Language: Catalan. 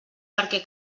perquè